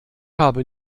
habe